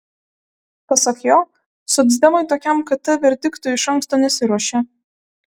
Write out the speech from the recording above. pasak jo socdemai tokiam kt verdiktui iš anksto nesiruošė